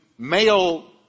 Male